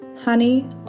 honey